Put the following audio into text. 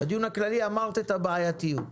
בדיון הכללי דיברת על הבעייתיות.